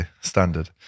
standard